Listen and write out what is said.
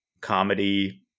comedy